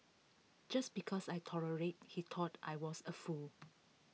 just because I tolerated he thought I was A fool